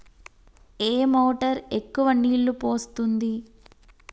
ఏ motor ఎక్కువ నీళ్లు పోస్తుంది?